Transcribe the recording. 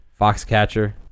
Foxcatcher